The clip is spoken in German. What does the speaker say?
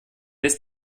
ist